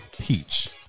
Peach